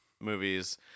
movies